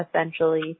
essentially